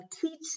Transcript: teach